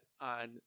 on